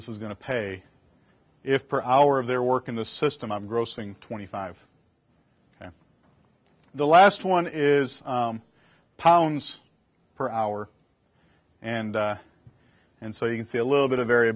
this is going to pay if per hour of their work in the system i'm grossing twenty five and the last one is pounds per hour and and so you can see a little bit of